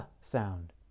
sound